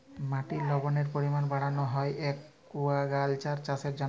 মাটির লবলের পরিমাল বাড়ালো হ্যয় একুয়াকালচার চাষের জ্যনহে